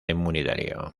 inmunitario